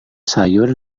sayur